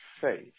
faith